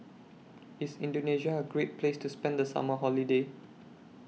IS Indonesia A Great Place to spend The Summer Holiday